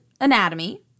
anatomy